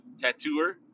tattooer